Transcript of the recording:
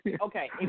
Okay